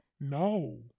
No